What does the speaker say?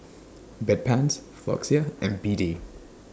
Bedpans Floxia and B D